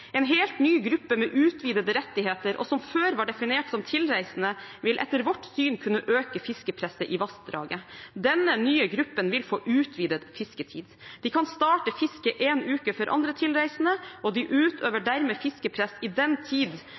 helt ny gruppe med utvidede rettigheter og som før var definert som tilreisende vil etter vårt syn kunne øke fiskepresset i vassdraget. Denne nye gruppen vil få utvidet fisketid. De kan starte fisket en uke før andre tilreisende, og de utøver dermed fiskepress i den tid